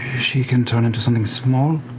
she can turn into something small,